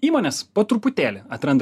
įmonės po truputėlį atranda